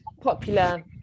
popular